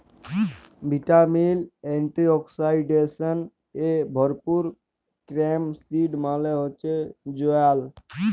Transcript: vitamin, antioxidants এ ভরপুর carrom seed মালে হচ্যে জয়াল